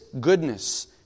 goodness